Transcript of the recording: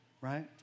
Right